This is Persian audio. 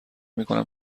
میکنم